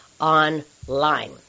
online